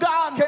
God